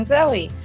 Zoe